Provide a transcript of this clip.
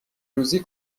روزی